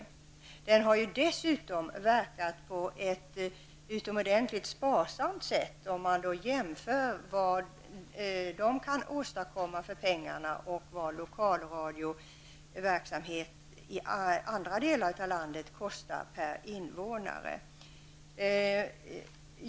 Lokalradion har ju också verkat på ett utomordentligt sparsamt sätt, om man tänker på vad denna lokalradio kan åstadkomma för pengarna och vad lokalradioverksamhet i andra delar av landet kostar per invånare.